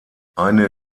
eine